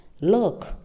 look